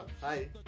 Hi